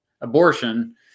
abortion